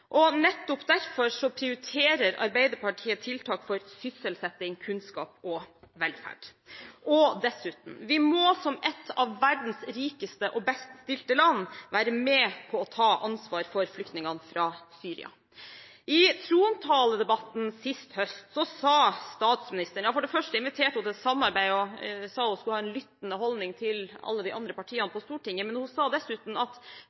Nettopp derfor prioriterer Arbeiderpartiet tiltak for sysselsetting, kunnskap og velferd. Dessuten: Vi må som et av verdens rikeste og best stilte land være med på å ta ansvar for flyktningene fra Syria. I trontaledebatten sist høst inviterte statsministeren for det første til samarbeid og sa hun skulle ha en lyttende holdning til alle de andre partiene på Stortinget, men hun sa dessuten: «Da regner vi med at